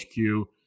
HQ